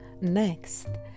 Next